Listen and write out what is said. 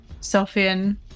Sophian